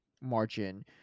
margin